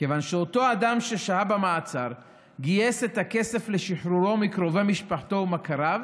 אותו אדם ששהה במעצר גייס את הכסף לשחרורו מקרובי משפחתו ומכריו,